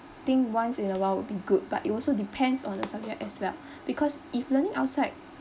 think once in a while would be good but it also depends on the subject as well because if learning outside